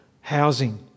housing